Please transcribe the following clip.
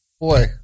boy